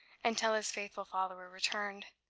until his faithful follower returned,